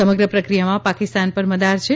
સમગ્ર પ્રક્રિયામાં પાકિસ્તાન પર મદાર છે